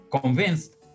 convinced